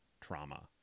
trauma